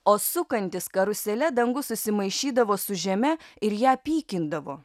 o sukantis karusele dangus susimaišydavo su žeme ir ją pykindavo